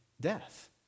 death